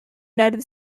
united